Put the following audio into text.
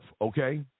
okay